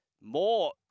More